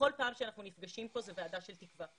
בכל פעם שאנחנו נפגשים פה זו עדה של תקווה.